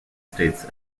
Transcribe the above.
states